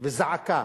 וזעקה